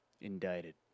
Indicted